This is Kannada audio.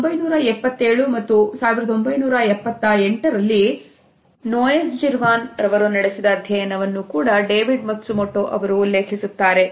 1977 ಮತ್ತು 1978 ರಲ್ಲಿ ನೋಯೆಸ್ಜಿರ್ವಾನ್ ರವರು ನಡೆಸಿದ ಅಧ್ಯಯನವನ್ನು ಕೂಡ ಡೇವಿಡ್ ಮತ್ಸುಮೋಟೋ ರವರು ಉಲ್ಲೇಖಿಸುತ್ತಾರೆ